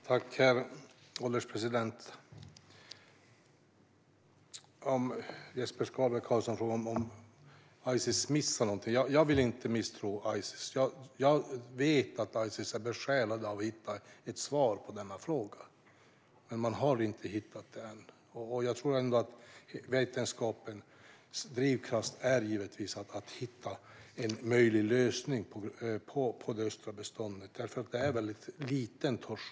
Herr ålderspresident! Jesper Skalberg Karlsson frågar om Ices kanske missar någonting. Jag vill inte misstro Ices. Jag vet att man på Ices är besjälad av att hitta ett svar på frågan. Men man har inte hittat det än. Jag tror ändå att vetenskapens drivkraft är att hitta en möjlig lösning för det östra beståndet. Torsken är väldigt liten där.